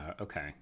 Okay